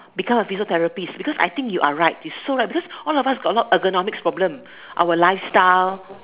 become a physiotherapist because I think you are right it's so right because all of us got a lot ergonomics problem our lifestyle